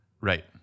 Right